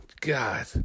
God